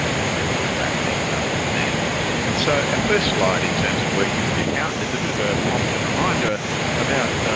and then we can wrap things up from there. our so first slide in terms of working with the accountant is a bit of a prompt and reminder about